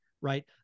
right